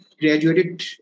graduated